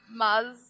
Maz